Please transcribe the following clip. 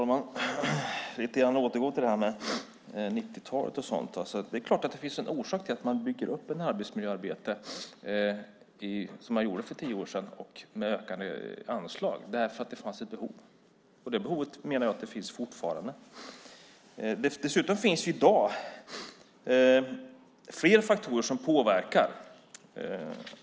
Fru talman! Jag ska återgå lite grann till detta med 90-talet. Det är klart att det fanns en orsak till att man byggde upp ett arbetsmiljöarbete, som man gjorde för tio år sedan, med ökade anslag. Det fanns ett behov, och jag menar att det behovet finns fortfarande. Dessutom finns det i dag flera faktorer som påverkar.